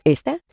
Esta